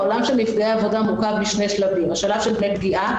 העולם של נפגעי עבודה מורכב משני שלבים: שלב של דמי פגיעה,